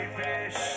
fish